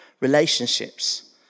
relationships